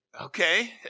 Okay